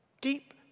Deep